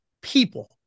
people